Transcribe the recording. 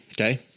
okay